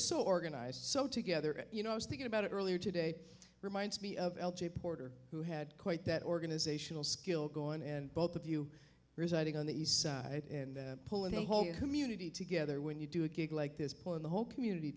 so organized so together and you know i was thinking about it earlier today reminds me of l j porter who had quite that organizational skill going and both of you residing on the east side and pull in a whole community together when you do a gig like this point the whole community